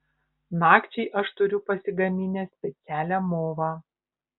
nakčiai aš turiu pasigaminęs specialią movą